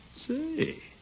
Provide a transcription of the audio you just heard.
Say